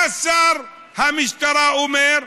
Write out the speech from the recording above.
מה שר המשטרה אומר?